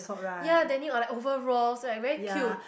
ya Danny on like overalls like very cute